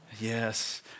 Yes